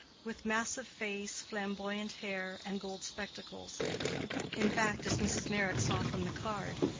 with massive face, flamboyant hair, and gold spectacles in fact, as mrs. meyrick saw from the card,